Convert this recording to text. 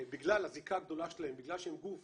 בגלל הזיקה הגדולה שלהם, בגלל שהם גוף